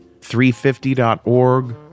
350.org